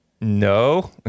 No